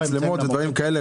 מצלמות ודברים כאלה,